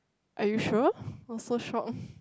are you sure I was so shocked